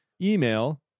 email